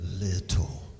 little